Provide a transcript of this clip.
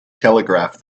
telegraph